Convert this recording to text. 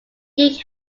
geek